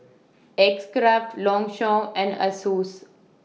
X Craft Longchamp and Asus